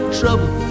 trouble